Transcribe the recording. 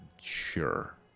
Sure